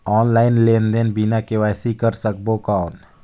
Online लेनदेन बिना KYC कर सकबो कौन??